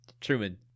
Truman